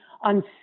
on